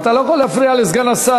אבל אתה לא יכול להפריע לסגן השר.